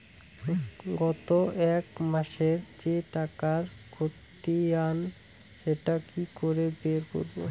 গত এক মাসের যে টাকার খতিয়ান সেটা কি করে বের করব?